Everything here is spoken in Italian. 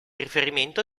riferimento